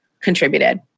contributed